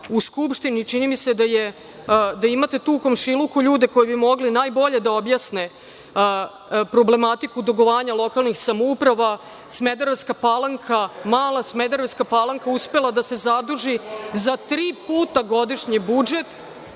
u Skupštini, čini mi se da imate tu u komšiluku ljude koji bi mogli najbolje objasne problematiku dugovanja lokalnih samouprava. Smederevska Palanka, mala Smederevska Palanka uspela je da se zaduži za tri puta godišnji budžet,